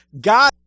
God